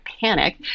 panic